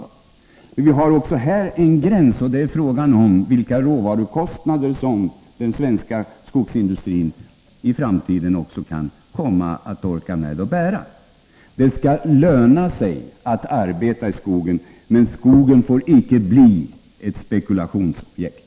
Vi har också där en gräns, och avgörande är vilka råvarukostnader som den svenska skogsindustrin i framtiden kan orka med att bära. Det skall löna sig att arbeta i skogen, men skogen får inte bli ett spekulationsobjekt.